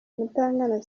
mutangana